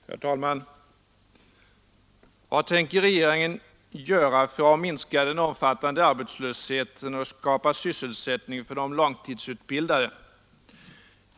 Herr talman! Vad tänker regeringen göra för att minska den omfattande arbetslösheten och skapa sysselsättning för de långtidsutbildade?